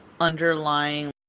underlying